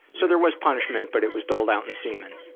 so there was punishment, but it was doled out in semen.